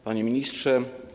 Panie Ministrze!